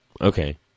Okay